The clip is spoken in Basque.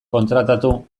kontratatu